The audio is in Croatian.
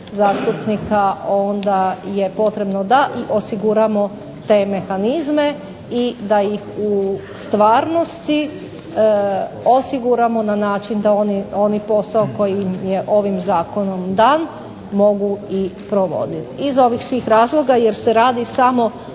zastupnika onda je potrebno da i osiguramo te mehanizme i da ih u stvarnosti osiguramo na način da oni posao kojim je ovim zakonom dan mogu i provoditi. Iz ovih svih razloga jer se radi samo